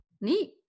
neat